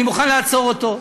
אני מוכן לעצור אותו,